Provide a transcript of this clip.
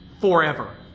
forever